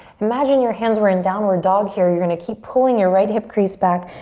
imagine your hands were in downward dog here, you're gonna keep pulling your right hip crease back,